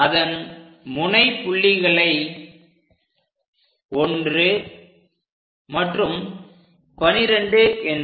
அதன் முனை புள்ளிகளை 1 மற்றும் 12 என்க